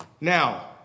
Now